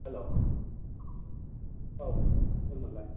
हेल' औ सोरमोनलाय